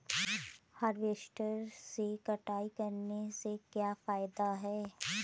Harvester से कटाई करने से क्या फायदा है?